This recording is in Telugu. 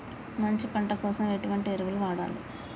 మంచి పంట కోసం ఎటువంటి ఎరువులు వాడాలి?